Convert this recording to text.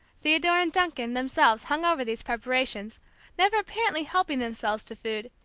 theodore and duncan themselves hung over these preparations never apparently helping themselves to food,